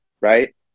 right